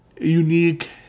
unique